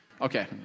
Okay